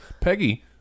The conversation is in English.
Peggy